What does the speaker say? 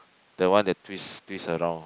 the one that twist twist around